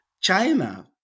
China